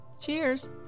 Cheers